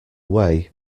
way